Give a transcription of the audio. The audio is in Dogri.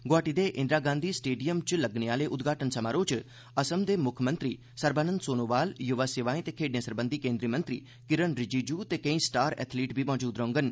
गोहाटी दे इंदिरा गांधी स्टेडियम च लग्गने आले उद्घाटन समारोह च असाम दे मुक्खमंत्री सर्बानंद सोनोवाल युवां सेवाएं ते खेड्डें सरबंघी केंद्री मंत्री किरण रिजिजू ते केंई स्टार एथलीट बी मजूद रौंह्डन